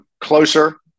closer